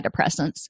antidepressants